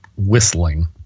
Whistling